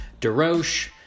DeRoche